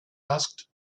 asked